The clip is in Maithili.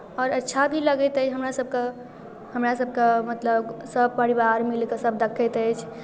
आओर अच्छा भी लगैत अइ हमरासभकेँ हमरासभकेँ मतलब सपरिवार मिलि कऽ सभ देखैत अछि